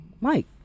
Mike